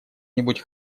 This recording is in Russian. нибудь